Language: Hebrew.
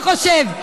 מה אתה חושב?